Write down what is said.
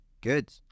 Good